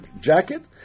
jacket